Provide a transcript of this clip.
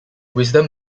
wisdom